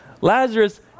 Lazarus